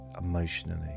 emotionally